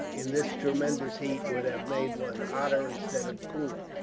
in this tremendous heat, would have made one hotter instead of cooler.